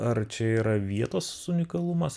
ar čia yra vietos unikalumas